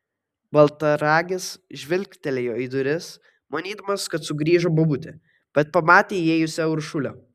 baltaragis žvilgtelėjo į duris manydamas kad sugrįžo bobutė bet pamatė įėjusią uršulę